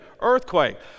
earthquake